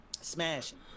smashing